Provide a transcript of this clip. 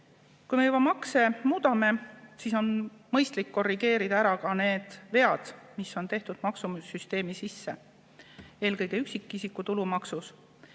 Kui me juba makse muudame, siis on mõistlik korrigeerida ära ka need vead, mis on tehtud maksusüsteemi sisse, eelkõige üksikisiku tulumaksus,